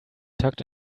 tucked